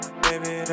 baby